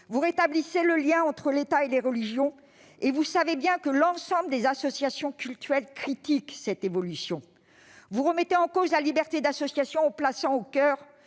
Vous rétablissez le lien entre l'État et les religions, alors que, vous le savez bien, l'ensemble des associations cultuelles critiquent cette évolution. Vous remettez en cause la liberté d'association, en plaçant au coeur